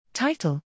Title